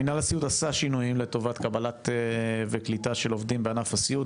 מנהל הסיעוד עשה שינויים לטובת קבלה וקליטה של עובדים בענף הסיעוד,